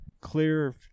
clear